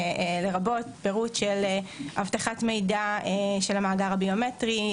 לרבות פירוט של אבטחת מידע של המאגר הביומטרי,